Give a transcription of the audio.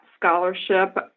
scholarship